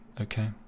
Okay